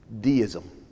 deism